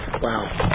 wow